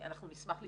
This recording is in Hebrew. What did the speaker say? אנחנו נשמח לשמוע,